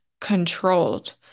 controlled